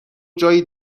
جایی